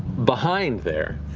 behind there,